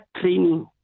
training